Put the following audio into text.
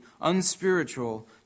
unspiritual